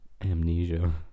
amnesia